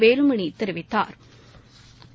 வேலுமணி தெரிவித்தாா்